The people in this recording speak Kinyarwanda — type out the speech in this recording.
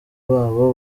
babo